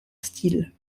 style